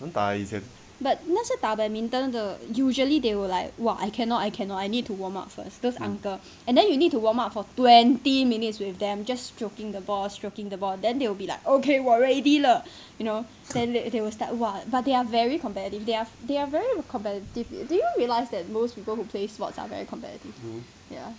but 那些打 badminton 的 usually they will like !wah! I cannot I cannot I need to warm up first those uncle and then you need to warm up for twenty minutes with them just stroking the ball stroking the ball then they will be like okay 我 ready 了 you know and then they will start !wah! but they are very competitive they are very competitive do you realise that most people who play sports are very competitive ya